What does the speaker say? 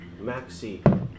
Maxi